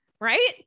right